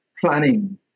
planning